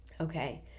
Okay